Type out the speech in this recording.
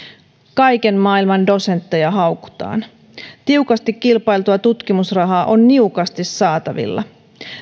kaiken maailman dosentteja haukutaan tiukasti kilpailtua tutkimusrahaa on niukasti saatavilla